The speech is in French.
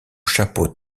chapeau